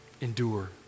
Endure